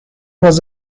was